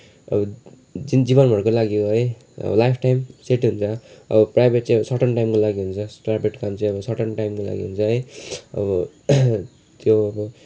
जीवनभरको लागि हो है लाइफटाइम सेट हुन्छ है अब प्राइभेट चाहिँ अब सर्टेन टाइमको लागि हुन्छ प्राइभेट काम चाहिँ अब सर्टेन टाइमको लागि हुन्छ है अब त्यो अब